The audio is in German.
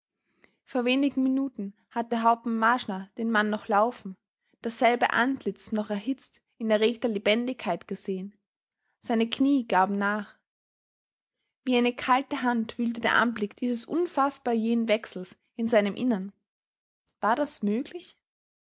vor wenigen minuten hatte hauptmann marschner den mann noch laufen dasselbe antlitz noch erhitzt in erregter lebendigkeit gesehen seine kniee gaben nach wie eine kalte hand wühlte der anblick dieses unfaßbar jähen wechsels in seinem innern war das möglich